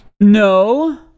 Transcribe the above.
no